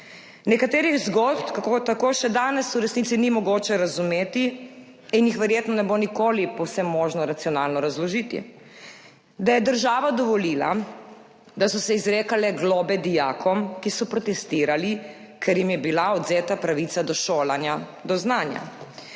Nekaterih zgodb tako še danes v resnici ni mogoče razumeti in jih verjetno ne bo nikoli povsem možno racionalno razložiti. Da je država dovolila, da so se izrekale globe dijakom, ki so protestirali, ker jim je bila odvzeta pravica do šolanja, do znanja,